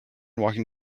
walking